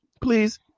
Please